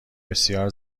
بسیار